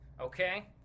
Okay